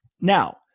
Now